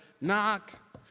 knock